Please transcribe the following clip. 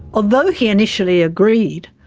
although he initially agreed,